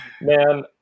man